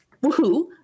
woohoo